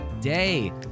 day